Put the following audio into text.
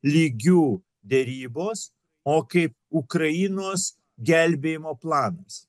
lygių derybos o kaip ukrainos gelbėjimo planas